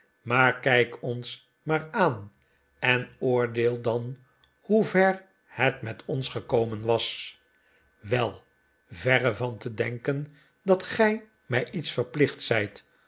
maar kijk ons maar aan en oordeel dan hoever het met ons gekomen was wel verre van te denken dat gij mij iets verplicht zijt